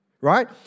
right